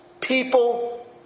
people